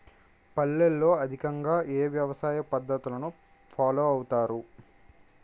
పల్లెల్లో అధికంగా ఏ వ్యవసాయ పద్ధతులను ఫాలో అవతారు?